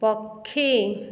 ପକ୍ଷୀ